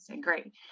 great